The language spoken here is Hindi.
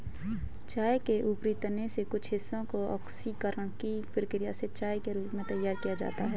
चाय के ऊपरी तने के कुछ हिस्से को ऑक्सीकरण की प्रक्रिया से चाय के रूप में तैयार किया जाता है